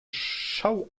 schau